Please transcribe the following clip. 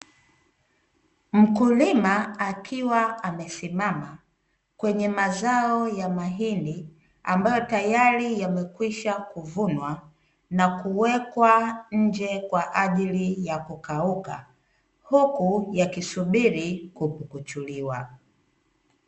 Mkulima akiwa amesimama kwenye mazao ya mahindi ambayo tayari yamekwisha kuvunwa, na kuwekwa nje kwa ajili ya kukauka huku yakisubiri kupukuchuliwa.